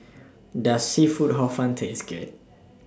Does Seafood Hor Fun Taste Good